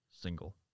single